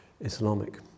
islamic